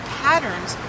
patterns